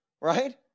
right